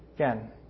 Again